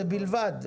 זה בלבד.